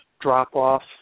drop-off